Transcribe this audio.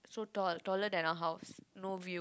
so tall taller than our house no view